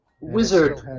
Wizard